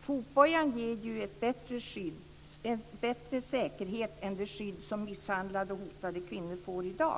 Fotbojan ger ju en bättre säkerhet än det skydd som misshandlade och hotade kvinnor får i dag.